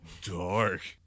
dark